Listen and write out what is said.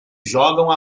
jogam